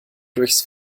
durchs